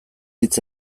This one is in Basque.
hitz